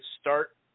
start